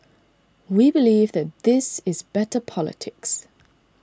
we believe that this is better politics